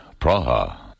Praha